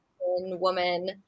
woman